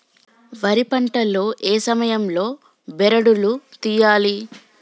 వరి పంట లో ఏ సమయం లో బెరడు లు తియ్యాలి?